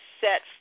set